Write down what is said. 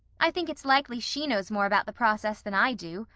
i think it's likely she knows more about the process than i do.